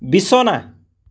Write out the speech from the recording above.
বিছনা